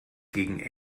gegen